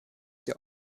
der